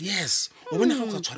Yes